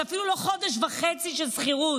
זה אפילו לא חודש וחצי של שכירות.